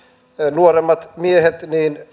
nuoremmat miehet